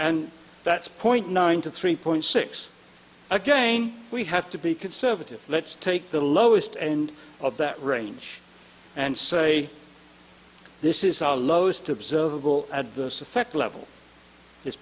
and that's point nine to three point six again we have to be conservative let's take the lowest end of that range and say this is our lows to observable adverse effect level is